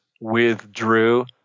withdrew